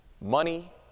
Money